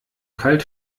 kalt